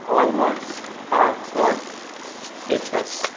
almonds are plot papers